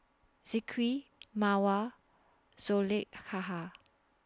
Zikri Mawar Zulaikha